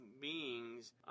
beings